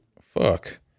Fuck